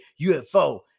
ufo